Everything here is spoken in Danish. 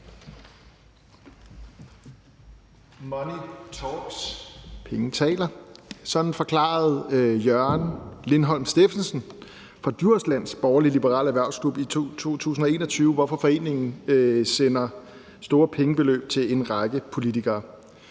Money talks – penge taler. Sådan forklarede Jørgen Lindhardt Steffensen fra Djurslands Borgerlige-Liberale Erhvervsklub i 2021, hvorfor foreningen sender store pengebeløb til en række politikere.